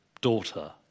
daughter